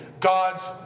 God's